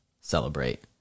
celebrate